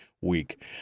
week